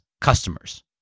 customers